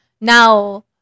Now